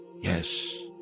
yes